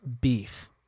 beef